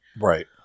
Right